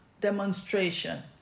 demonstration